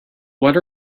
what